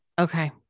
Okay